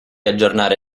aggiornare